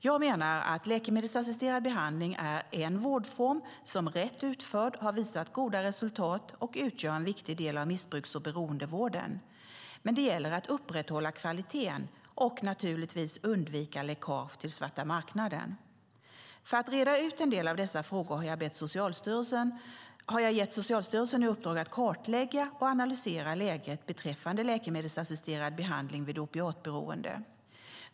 Jag menar att läkemedelsassisterad behandling är en vårdform som rätt utförd har visat goda resultat och utgör en viktig del av missbruks och beroendevården, men det gäller att upprätthålla kvaliteten och naturligtvis undvika läckage till den svarta marknaden. För att reda ut en del av dessa frågor har jag gett Socialstyrelsen i uppdrag att kartlägga och analysera läget beträffande läkemedelsassisterad behandling vid opiatberoende.